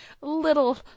little